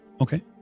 Okay